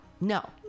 No